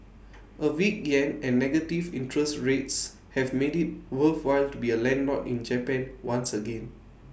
A weak Yen and negative interest rates have made IT worthwhile to be A landlord in Japan once again